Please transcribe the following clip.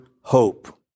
hope